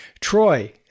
Troy